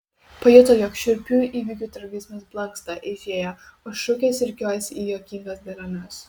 pajuto jog šiurpiųjų įvykių tragizmas blanksta eižėja o šukės rikiuojasi į juokingas dėliones